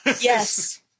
Yes